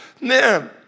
man